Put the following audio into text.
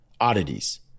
oddities